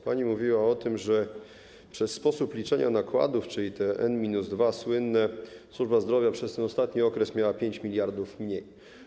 Pani mówiła o tym, że przez sposób liczenia nakładów, czyli to słynne n-2, służba zdrowia przez ten ostatni okres miała 5 mld zł mniej.